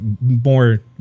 more